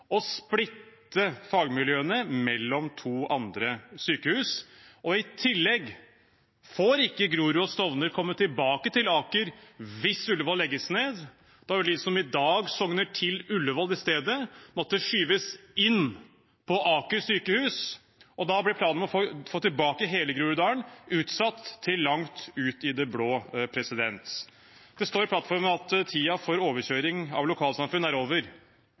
og splitte fagmiljøene mellom to andre sykehus. I tillegg får ikke Grorud og Stovner komme tilbake til Aker hvis Ullevål legges ned. Da vil de som i dag sokner til Ullevål, i stedet måtte skyves inn på Aker sykehus, og da blir planen om å få tilbake hele Groruddalen utsatt til langt ut i det blå. Det står i Hurdalsplattformen at tiden for overkjøring av lokalsamfunn er over.